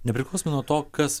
nepriklausomai nuo to kas